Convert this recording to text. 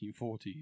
1940s